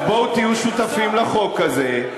אז בואו תהיו שותפים לחוק הזה,